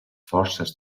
forces